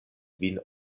vin